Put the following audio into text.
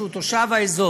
שהוא תושב האזור,